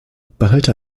behalte